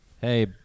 Hey